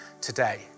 today